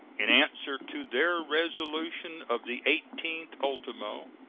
in answer to their resolution of the eighteenth ultimo,